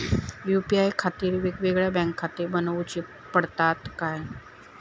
UPI खातीर येगयेगळे बँकखाते बनऊची पडतात काय?